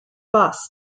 bus